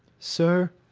sir,